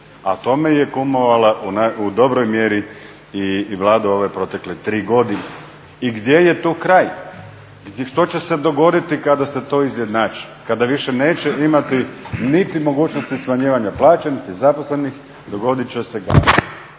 A tome je kumovala u dobroj mjeri i Vlada u ove protekle tri godine. I gdje je tu kraj? Što će se dogoditi kada se to izjednači, kada više neće imati niti mogućnosti smanjivanja plaće niti zaposlenih? Dogodit će se